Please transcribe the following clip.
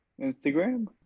Instagram